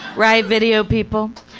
right, video people?